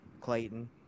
Clayton